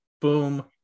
boom